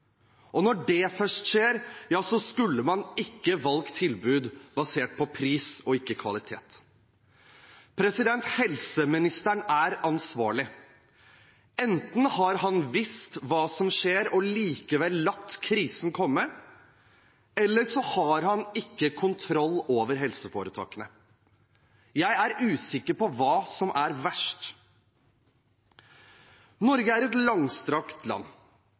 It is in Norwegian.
Og når det først skjer – ja, så skulle man ikke valgt tilbud basert på pris og ikke kvalitet. Helseministeren er ansvarlig. Enten har han visst hva som skjer og likevel latt krisen komme, eller så har han ikke kontroll over helseforetakene. Jeg er usikker på hva som er verst. Norge er et langstrakt land.